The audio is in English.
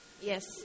Yes